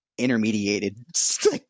intermediated